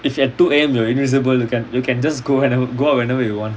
if at two A_M you are invisible you can you can just go and go out whenever you want